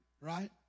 right